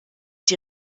die